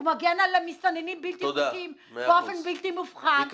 הוא מגן על מסתננים בלתי חוקיים באופן בלתי מובחן -- בסדר,